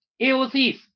AOCs